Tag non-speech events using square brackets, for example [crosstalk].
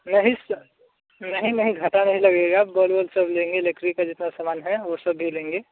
नहीं [unintelligible] नहीं नहीं घाटा नहीं लगेगा बल्ब व्ल्ब सब लेंगे इलेक्ट्रिक का जितना सामान है वो सब भी लेंगे